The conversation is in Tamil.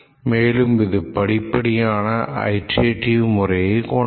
மேலும் இது படிப்படியான அயிட்ரேடிவ் முறையை கொண்டது